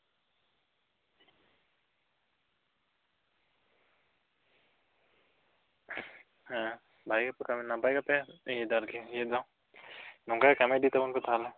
ᱦᱮᱸ ᱵᱷᱟᱹᱜᱤ ᱜᱮᱯᱮ ᱠᱟᱹᱢᱤᱭᱮᱫᱟ ᱱᱟᱯᱟᱭ ᱜᱮᱯᱮ ᱤᱭᱟᱹᱭᱮᱫᱟ ᱟᱨᱠᱤ ᱤᱭᱟᱹ ᱫᱚ ᱱᱚᱝᱠᱟ ᱜᱮ ᱠᱟᱹᱢᱤ ᱤᱫᱤᱭ ᱛᱟᱵᱚᱱ ᱯᱮ ᱛᱟᱦᱚᱞᱮ